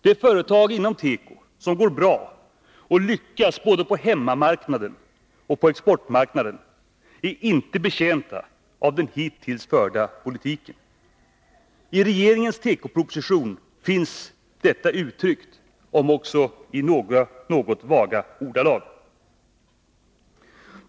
De företag inom teko som går bra och lyckas, både på hemmamarknaden och på exportmarknaden, är inte betjänta av den hittills förda politiken. I regeringens tekoproposition finns detta uttryckt, om också i något vaga ordalag.